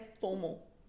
formal